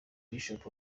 bishop